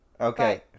Okay